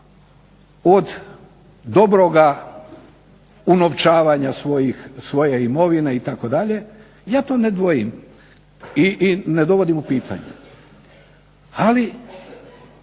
od dobroga unovčavanja svoje imovine itd., ja to ne dvojim i ne dovodim u pitanje.